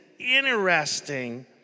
interesting